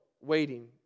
waiting